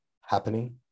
happening